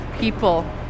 people